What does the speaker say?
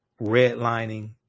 redlining